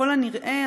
ככל הנראה,